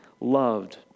loved